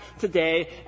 today